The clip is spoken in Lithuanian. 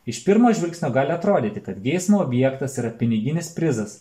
iš pirmo žvilgsnio gali atrodyti kad geismo objektas yra piniginis prizas